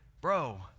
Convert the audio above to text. bro